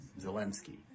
Zelensky